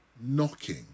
knocking